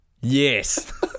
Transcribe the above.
Yes